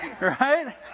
Right